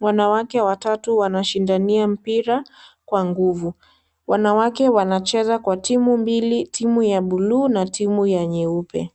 wanawake watatu wanashindania mpira kwa nguvu, wanawake wanacheza kwa timu mbili, timu ya buluu na timu nyeupe.